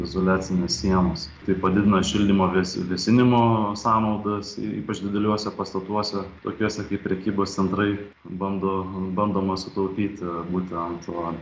izoliacinės sienos tai padidina šildymo vės vėsinimo sąnaudas ypač dideliuose pastatuose tokiuose kaip prekybos centrai bando bandoma sutaupyti būtent a